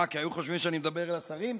אה, כי היו חושבים שאני מדבר לשרים?